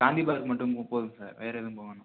Gandhi park மட்டும் போ போதும் சார் வேறு எதுவும் போக வேணாம்